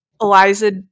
Eliza